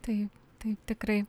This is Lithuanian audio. taip taip tikrai